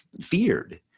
feared